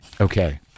okay